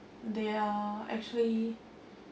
they are actually